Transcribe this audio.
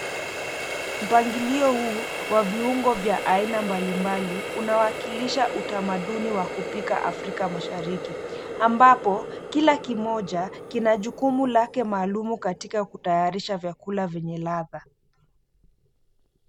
Mpangilio huu wa viungo vya aina mbalimbali unawakilisha utamaduni wa kupika Afrika Mashariki. Ambapo kila kimoja kina jukumu lake maalum katika kutayarisha vyakula vyenye ladha.